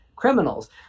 criminals